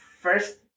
first